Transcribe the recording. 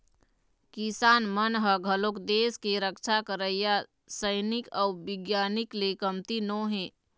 किसान मन ह घलोक देस के रक्छा करइया सइनिक अउ बिग्यानिक ले कमती नो हे